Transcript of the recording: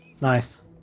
Nice